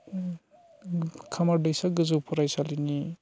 खामारदैसा गोजौ फरायसालिनि